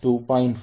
4 197